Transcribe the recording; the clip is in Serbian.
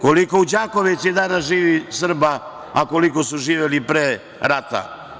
Koliko u Đakovici danas živi Srba a koliko su živeli pre rata?